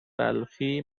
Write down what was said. بلخی